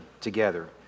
together